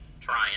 trying